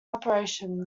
operations